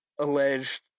alleged